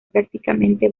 prácticamente